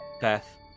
Beth